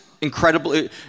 Incredibly